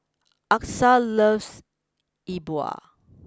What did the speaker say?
Achsah loves E Bua